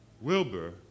Wilbur